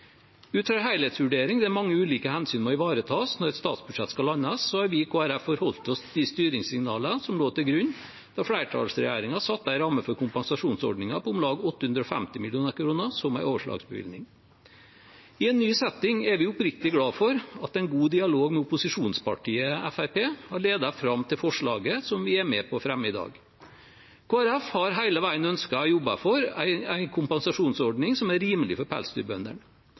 Ut fra en helhetsvurdering der mange ulike hensyn må ivaretas når et statsbudsjett skal landes, har vi i Kristelig Folkeparti forholdt oss til de styringssignalene som lå til grunn da flertallsregjeringen satte en ramme for kompensasjonsordningen på om lag 850 mill. kr som en overslagsbevilgning. I en ny setting er vi oppriktig glade for at en god dialog med opposisjonspartiet Fremskrittspartiet har ledet fram til forslaget som vi er med på å fremme i dag. Kristelig Folkeparti har hele veien ønsket og jobbet for en kompensasjonsordning som er rimelig for pelsdyrbøndene.